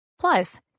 Plus